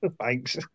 Thanks